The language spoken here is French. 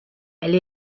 elle